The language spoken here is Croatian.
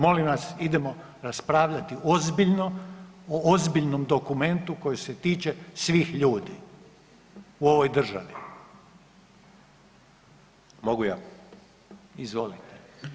Molim vas idemo raspravljati ozbiljno o ozbiljnom dokumentu koji se tiče svih ljudi u ovoj državi [[Upadica Grmoja: Mogu ja?]] Izvolite.